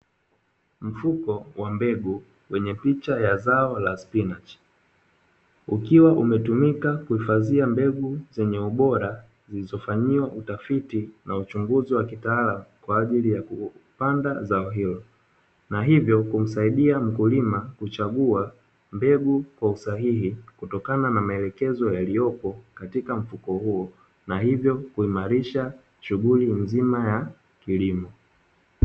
Mfuko wa mbegu wenye picha ya zao la spinachi, ukiwa umetumika kuhifadhia mbegu zenye ubora zilizo fanyiwa utafiti na uchunguzi wa kitaalamu kwa ajili ya kupanda zao hilo, na hivyo kumsaidia mkulima kuchagua mbegu mbegu kwa usahihi kutokana na maelekezo yaliyopo katika mfuko huo, na hivyo kuimarisha shughuli nzima ya kilimo.